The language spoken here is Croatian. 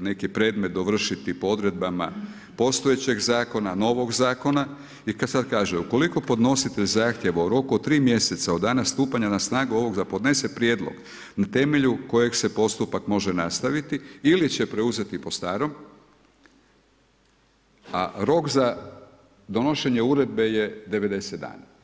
neki predmet dovršiti po odredbama postojećeg zakona, novog zakona i kad sad kaže ukoliko podnositelj zahtjeva u roku od 3 mjeseca od dana stupanja na snagu ovoga zakona, podnese prijedlog na temelju kojeg se postupak može nastaviti ili će preuzeti po starom a rok za donošenje uredbe je 90 dana.